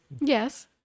Yes